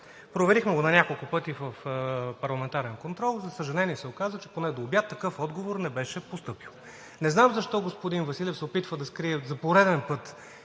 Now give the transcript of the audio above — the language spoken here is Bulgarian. проверихме го няколко пъти в парламентарен контрол. За съжаление, се оказа, че поне до обяд такъв отговор не беше постъпил. Не знам защо господин Василев се опитва да скрие за пореден път